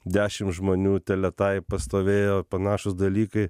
dešimt žmonių teletaipas stovėjo panašūs dalykai